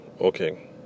okay